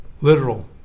literal